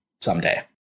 someday